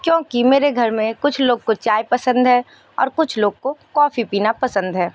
क्योंकि मेरे घर में कुछ लोग को चाय पसंद है और कुछ लोग को कॉफी पीना पसंद है